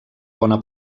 bona